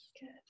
Good